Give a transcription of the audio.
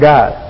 God